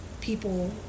people